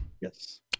Yes